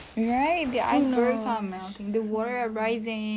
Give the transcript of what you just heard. right the icebergs are melting the world are rising